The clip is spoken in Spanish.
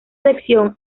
sección